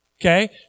Okay